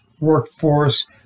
workforce